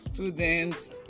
Students